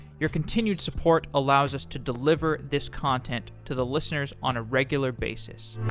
your continued support allows us to deliver this content to the listeners on a regular basis